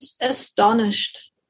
astonished